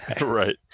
right